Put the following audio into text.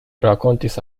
rakontis